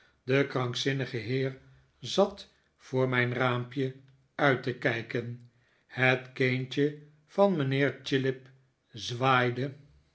de krankzinnige heer zat voor mijn raampje uit te kijken het kindje van mijnheer chillip zwaaide